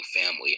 family